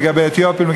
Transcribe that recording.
לגבי אתיופים,